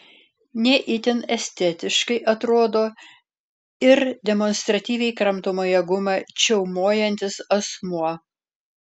ne itin estetiškai atrodo ir demonstratyviai kramtomąją gumą čiaumojantis asmuo